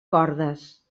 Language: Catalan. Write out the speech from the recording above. cordes